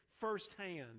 firsthand